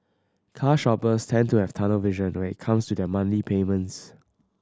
car shoppers tend to have tunnel vision when comes to their monthly payments